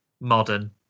modern